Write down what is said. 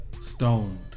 Stoned